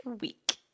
week